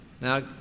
Now